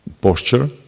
posture